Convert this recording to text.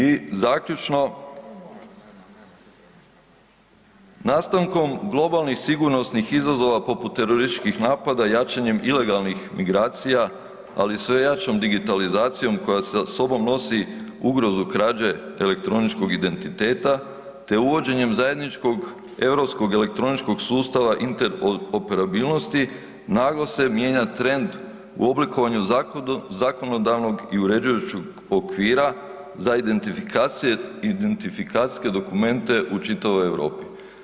I zaključno, nastankom globalnih sigurnosnih izazova poput terorističkih napada i jačanjem ilegalnih migracija ali i sve jačom digitalizacijom koja sa sobom nosi ugrozu krađe elektroničkog identiteta te uvođenjem zajedničkog europskog elektroničkog sustava interoperabilnosti naglo se mijenja trend u oblikovanju zakonodavnog i uređujućeg okvira za identifikacije, identifikacijske dokumente u čitavoj Europi.